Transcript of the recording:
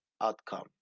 outcome